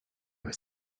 was